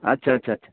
अच्छा अच्छा छा